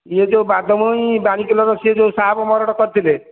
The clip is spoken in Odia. ଇଏ ଯେଉଁ ବାଘମଇ ସିଏ ଯୋଉ ସାହବ ମର୍ଡର୍ କରିଥିଲେ